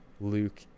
Luke